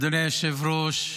אדוני היושב-ראש,